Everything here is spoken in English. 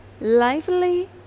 lively